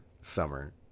summer